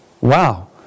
Wow